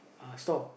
uh store